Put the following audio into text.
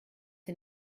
sie